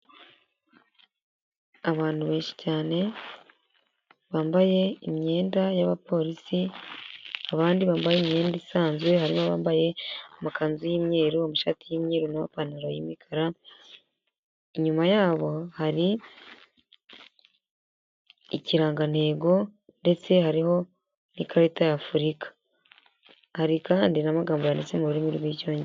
Abantu benshi cyane bambaye imyenda y'abapolisi abandi bambaye imyenda isanzwe hari abambaye amakanzu y'imyeru, amashati y'imyeru n'amapantaro y'imikara inyuma yabo hari ikirangantego ndetse hariho n'ikarita ya Afurika hari kandi amagambo yanditse mu rurimi rw'icyongereza.